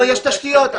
יש תשתיות,